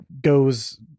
goes